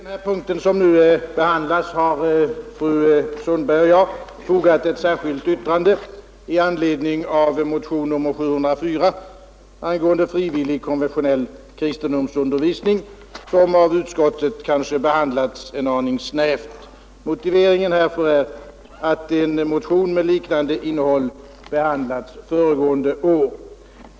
Herr talman! Vid den punkt som nu behandlas har fru Sundberg och jag fogat ett särskilt yttrande i anledning av motionen 704 angående frivillig konfessionell kristendomsundervisning som av utskottet behandlats en aning snävt. Motiveringen härför är att en motion med liknande innehåll behandlats föregående år.